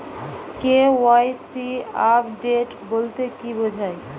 KYC update বলতে কি বোঝায়?